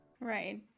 Right